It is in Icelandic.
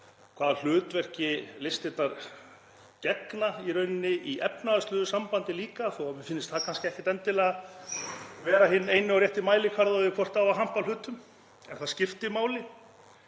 hvaða hlutverki listirnar gegna í rauninni í efnahagslegu sambandi líka, þó að mér finnist það kannski ekkert endilega vera hinn eini rétti mælikvarði á því hvort það á að hampa hlutum. En það skiptir máli.